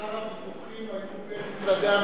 כמה ויכוחים היו בין משרדי הממשלה,